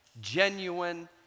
genuine